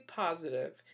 positive